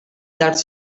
dels